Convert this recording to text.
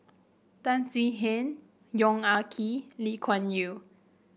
Tan Swie Hian Yong Ah Kee Lee Kuan Yew